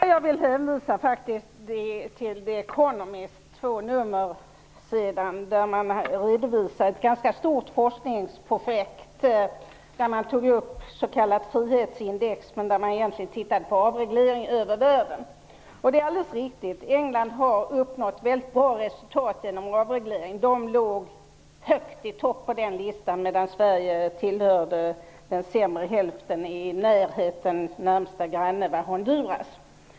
Herr talman! Jag vill hänvisa till två nummer av The Economist där man redovisar ett ganska stort forskningsprojekt. Man tar upp s.k. frihetsindex men tittar också på avreglering i världen. Det är alldeles riktigt att England har uppnått ett bra resultat genom avreglering. De låg högt i toppen på den listan medan Sverige tillhörde den sämre hälften. Närmaste land var Honduras.